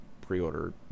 pre-order